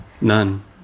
None